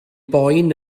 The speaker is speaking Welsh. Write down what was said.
boen